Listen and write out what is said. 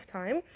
time